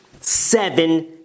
seven